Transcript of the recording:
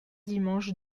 dimanche